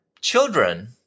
Children